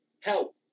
Help